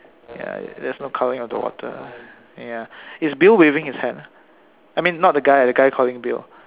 ya there's no colouring of the water ya is Bill waving his hand I mean not the guy lah the guy calling Bill